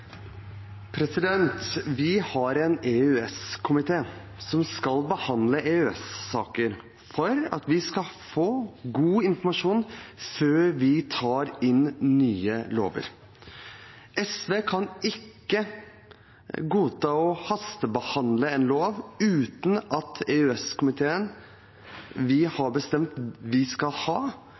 Vi har en EØS-komité som skal behandle EØS-saker for at vi skal få god informasjon før vi tar inn nye lover. SV kan ikke godta å hastebehandle en lov uten at EØS-komiteen vi har bestemt at vi skal ha,